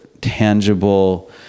tangible